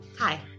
Hi